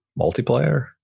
multiplayer